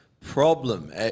problem